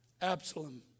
Absalom